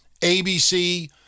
ABC